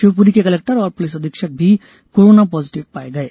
शिवपुरी के कलेक्टर और पुलिस अधीक्षक भी कोरोना पॉजिटिव पाए गये